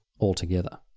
altogether